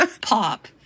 pop